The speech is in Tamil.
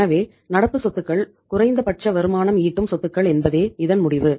எனவே நடப்பு சொத்துக்கள் குறைந்த பட்ச வருமானம் ஈட்டும் சொத்துகள் என்பதே இதன் முடிவு